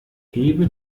hebe